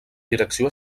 direcció